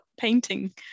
painting